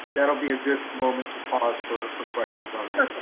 that'll be a good moment to pause for for questions on that. perfect,